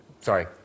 Sorry